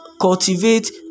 cultivate